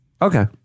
Okay